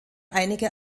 einige